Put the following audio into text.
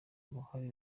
uruhare